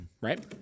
Right